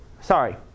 sorry